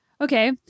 Okay